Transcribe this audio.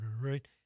Right